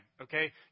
okay